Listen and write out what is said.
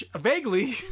vaguely